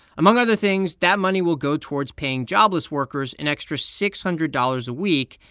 among other things, that money will go towards paying jobless workers an extra six hundred dollars a week,